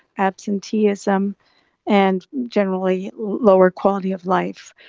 absenteeism and generally lower quality of life.